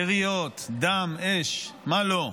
יריות, דם, אש, מה לא?